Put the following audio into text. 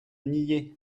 nier